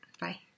Bye